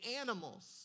animals